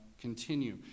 continue